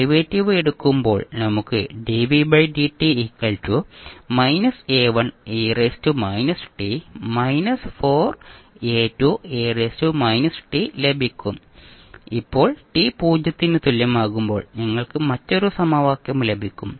derivate എടുക്കുമ്പോൾ നമുക്ക് ലഭിക്കും ഇപ്പോൾ t 0 ന് തുല്യമാകുമ്പോൾ നിങ്ങൾക്ക് മറ്റൊരു സമവാക്യം ലഭിക്കും